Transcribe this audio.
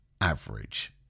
average